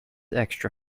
extra